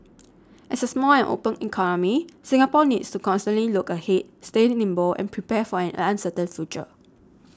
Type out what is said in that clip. as a small and open economy Singapore needs to constantly look ahead stay nimble and prepare for an uncertain future